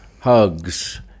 hugs